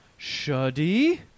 Shuddy